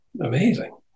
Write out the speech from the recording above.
Amazing